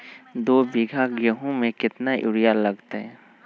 दो बीघा गेंहू में केतना यूरिया लगतै?